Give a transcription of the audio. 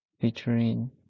featuring